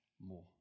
more